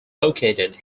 located